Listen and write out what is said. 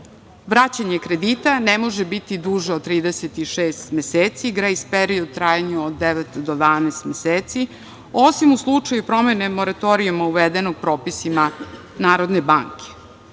kredita ne može biti duže od 36 meseci, grejs period u trajanju od devet do 12 meseci, osim u slučaju promene moratorijuma uvedenog propisima Narodne banke.